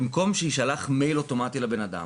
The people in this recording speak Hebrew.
במקום שישלח אימייל אוטומטי לבן אדם,